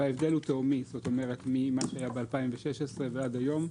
ההבדל ממה שהיה ב-2016 ועד היום הוא תהומי.